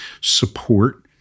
support